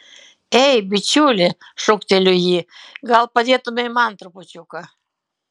ei bičiuli šūkteliu jį gal padėtumei man trupučiuką